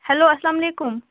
hello السلامُ علیکُم